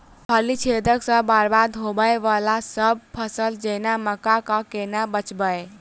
फली छेदक सँ बरबाद होबय वलासभ फसल जेना मक्का कऽ केना बचयब?